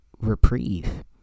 reprieve